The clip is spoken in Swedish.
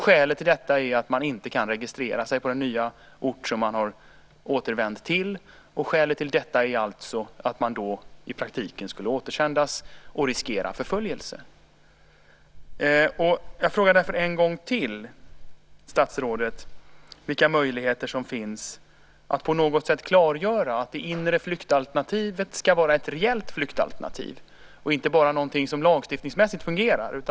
Skälet till detta är att man inte kan registrera sig på den nya ort som man återvänt till - i praktiken skulle man återsändas och riskera förföljelse. Jag frågar därför statsrådet en gång till vilka möjligheter som finns att på något sätt klargöra att det inre flyktalternativet ska vara ett reellt flyktalternativ, inte bara någonting som lagstiftningsmässigt fungerar.